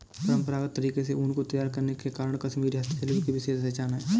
परम्परागत तरीके से ऊन को तैयार करने के कारण कश्मीरी हस्तशिल्प की विशेष पहचान है